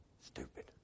stupid